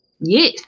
Yes